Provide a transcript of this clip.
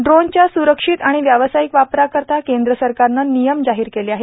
ड्रोनच्या सुरक्षित आणि व्यावसायिक वापराकरता केंद्र सरकारनं नियम जाहीर केले आहेत